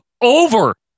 over